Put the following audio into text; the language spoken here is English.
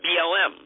BLM